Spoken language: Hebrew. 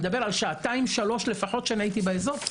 שעתיים שלוש לפחות כשאני הייתי באזור,